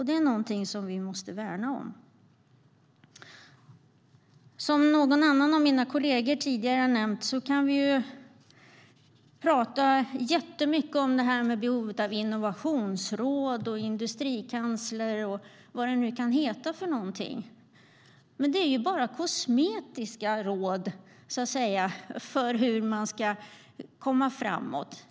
Det är något vi måste värna. Som en av mina kolleger nämnde tidigare kan vi tala massor om behovet av innovationsråd, industrikansler och vad det nu kan heta. Men det är bara kosmetiska råd för hur man ska komma framåt.